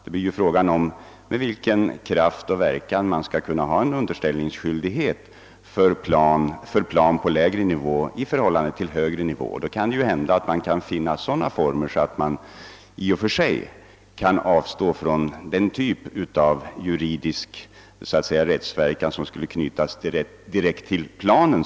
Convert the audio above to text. Det är ju fråga om med vilken kraft och verkan man skall. kunna ha en underställningsskyldighet för plan på lägre nivå i förhållande till högre nivåer. Då kan det hända att man kan finna sådana former att man i och för sig kan avstå från den typ av detaljerad rättsverkan som skulle knytas direkt till pla nen.